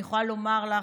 אני יכולה לומר לך,